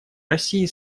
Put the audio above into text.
россии